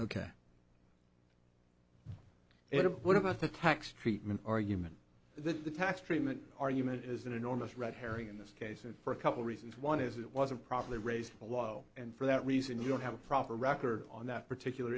and what about the tax treatment argument that the tax treatment argument is an enormous red herring in this case and for a couple reasons one is it wasn't properly raised a lot and for that reason you don't have a proper record on that particular